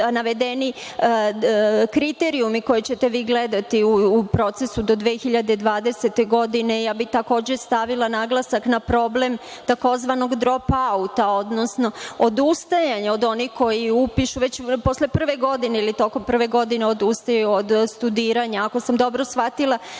Ako sam dobro shvatila